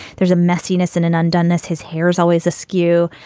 there's a messiness in an undone ness. his hair's always askew.